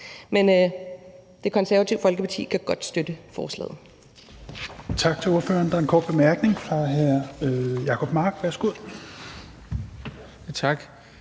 Men Det Konservative Folkeparti kan godt støtte forslaget.